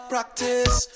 Practice